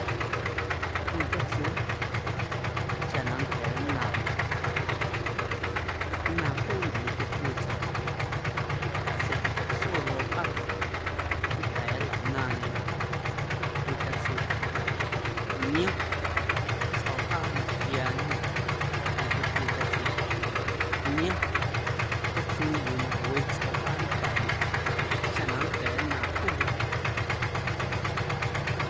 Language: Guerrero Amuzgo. Cwii catsuii chaꞌ na nnda̱a̱ nnaⁿnaꞌ, nnaaⁿ juunaꞌ ñequio cwii tsꞌo̱wꞌaa sa̱a̱ tichaꞌtso lꞌo̱wꞌaa nnda̱a̱ nlanaaⁿndyenaꞌ cwii catsuii niom tsꞌo̱wꞌaa na xꞌiaaꞌñenaꞌ ñequio cwii catsuii, niom catsuii yuu na we tsꞌo̱wꞌaa nlcaⁿnaꞌ chaꞌ na nnda̱a̱ nnaaⁿ juunaꞌ.